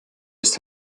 ist